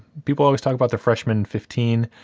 people always talk about the freshman fifteen.